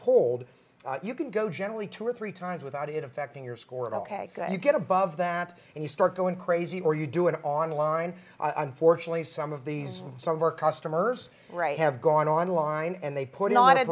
polled you can go generally two or three times without it affecting your score and ok you get above that and you start going crazy or you do it online unfortunately some of these some of our customers have gone online and they put